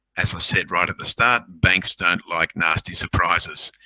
as i said, right at the start, banks don't like nasty surprises.